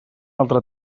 altre